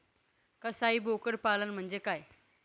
कसाई बोकड पालन म्हणजे काय?